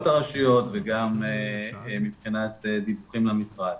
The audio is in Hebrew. הרשויות וגם מבחינת דיווחים למשרד.